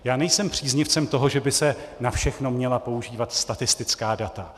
Já nejsem příznivcem toho, že by se na všechno měla používat statistická data.